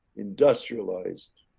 industrialized,